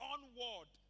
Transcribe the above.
Onward